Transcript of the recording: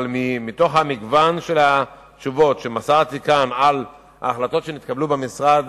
אבל מתוך מגוון התשובות שמסרתי כאן על החלטות שהתקבלו במשרד